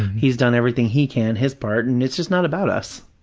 he's done everything he can, his part, and it's just not about us.